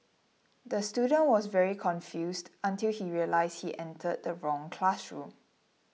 the student was very confused until he realised he entered the wrong classroom